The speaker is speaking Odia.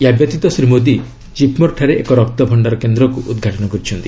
ଏହାବ୍ୟତୀତ ଶ୍ରୀ ମୋଦି ଜିପ୍ମର୍ଠାରେ ଏକ ରକ୍ତଭଣ୍ଡାର କେନ୍ଦ୍କୁ ଉଦ୍ଘାଟନ କରିଛନ୍ତି